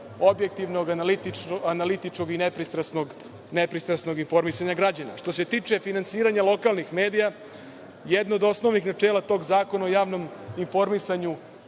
objektivnog, analitičnog i nepristrasnog informisanja građana. Što se tiče finansiranja lokalnih medija, jedno od osnovnih načela tog Zakona o javnom informisanju